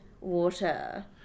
water